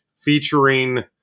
featuring